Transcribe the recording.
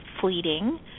fleeting